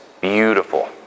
beautiful